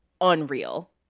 unreal